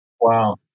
Wow